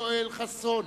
יואל חסון,